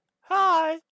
Hi